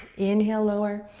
inhale, lower.